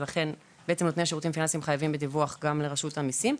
ולכם בעצם נותני שירותים פיננסיים חייבים בדיווח גם לרשות המיסים.